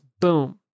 boom